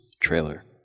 trailer